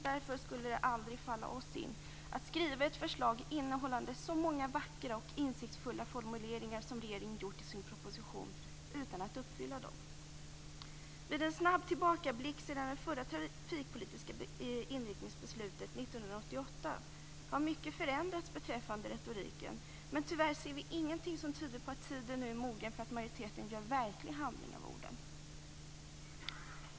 Därför skulle det aldrig falla oss in att, som regeringen gjort i sin proposition, skriva ett förslag innehållande så många vackra och insiktsfulla formuleringar utan att uppfylla dem. Vid en snabb tillbakablick på tiden sedan det förra trafikpolitiska inriktningsbeslutet 1988 kan man konstatera att mycket har förändrats beträffande retoriken, men tyvärr ser vi ingenting som tyder på att tiden nu är mogen för att majoriteten skulle göra verklig handling av orden.